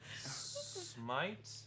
smite